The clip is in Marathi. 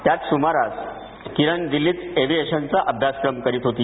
त्याच सुमारास किरण दिल्लीत एव्हीएशनचा अभ्यासक्रम करीत होती